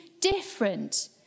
different